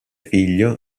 figlio